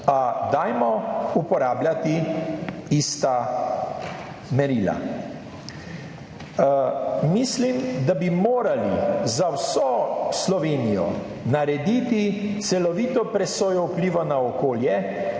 Pa dajmo uporabljati ista merila. Mislim, da bi morali za vso Slovenijo narediti celovito presojo vpliva na okolje